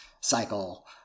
cycle